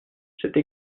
cette